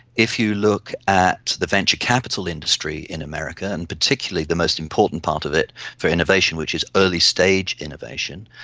if you look at the venture capital industry in america, and particularly the most important part of it for innovation which is early-stage innovation,